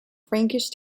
frankish